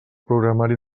programari